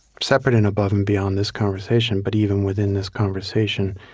separate and above and beyond this conversation, but even within this conversation,